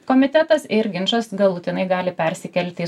komitetas ir ginčas galutinai gali persikelti į